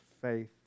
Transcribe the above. faith